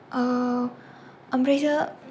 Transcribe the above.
ओमफ्रायसो